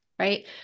right